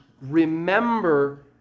remember